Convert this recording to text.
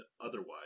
otherwise